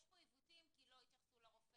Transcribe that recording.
יש פה עיוותים כי לא התייחסו לרופא,